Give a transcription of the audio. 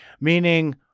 Meaning